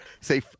say